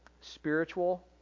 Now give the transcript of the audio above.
spiritual